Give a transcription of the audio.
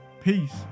Peace